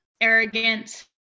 arrogant